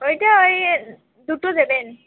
ওইটা ওই দুটো দেবেন